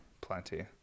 Plenty